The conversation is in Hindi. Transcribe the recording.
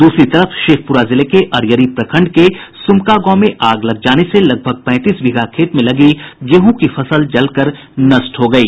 दूसरी तरफ शेखपुरा जिले के अरियरी प्रखंड के सुमका गांव में आग लग जाने से लगभग पैंतीस बीघा खेत में लगी गेहूं की फसल जलकर नष्ट हो गयी